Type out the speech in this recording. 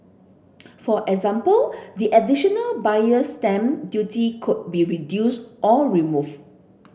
for example the additional Buyer's Stamp Duty could be reduced or removed